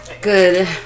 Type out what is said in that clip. Good